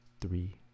three